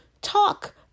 talk